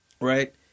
right